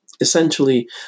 Essentially